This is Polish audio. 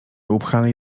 upchanej